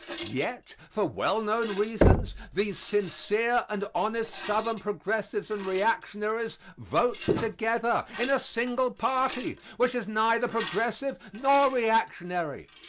yet, for well-known reasons, these sincere and honest southern progressives and reactionaries vote together in a single party, which is neither progressive nor reactionary.